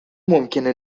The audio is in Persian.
ممکنه